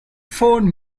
phone